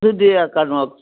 ꯑꯗꯨꯗꯤ ꯀꯩꯅꯣ